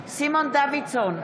דוידסון,